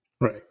Right